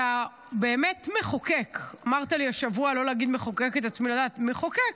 אתה באמת מחוקק השבוע אמרת לי לא להגיד "מחוקק את עצמי לדעת" מחוקק,